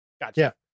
Gotcha